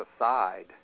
aside